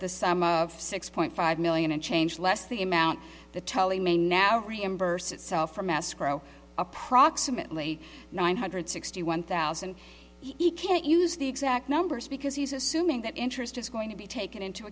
the sum of six point five million and change less the amount the telly may now reimburse itself from escrow approximately nine hundred sixty one thousand eking use the exact numbers because he's assuming that interest is going to be taken into